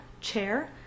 chair